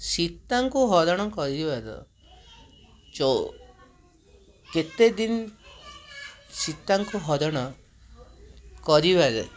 ସୀତାଙ୍କୁ ହରଣ କରିବାର କେତେଦିନ ସୀତାଙ୍କୁ ହରଣ କରିବାରେ